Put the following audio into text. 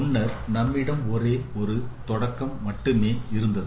முன்னர் நம்மிடம் ஒரே ஒரு தொடக்கம் மட்டுமே இருந்தது